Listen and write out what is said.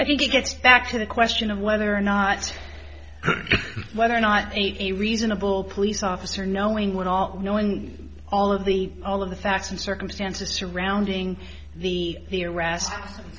i think it gets back to the question of whether or not whether or not a reasonable police officer knowing what all knowing all of the all of the facts and circumstances surrounding the arrest th